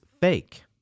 fake